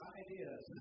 ideas